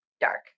dark